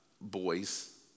boys